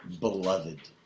beloved